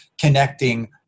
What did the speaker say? connecting